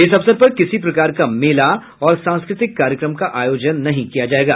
इस अवसर पर किसी प्रकार का मेला और सांस्कृतिक कार्यक्रम का आयोजन नहीं किया जायेगा